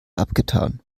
abgetan